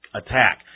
attack